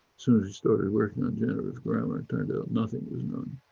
soon as you started working on generative grammar, it turned out nothing was known.